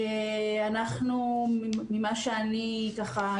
אנחנו ממה שאני ככה,